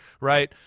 right